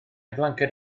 flanced